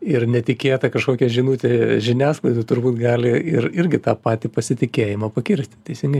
ir netikėta kažkokia žinutė žiniasklaidoj turbūt gali ir irgi tą patį pasitikėjimą pakirsti teisingai